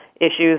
issues